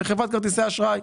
לחברת כרטיסי אשראי.